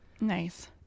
Nice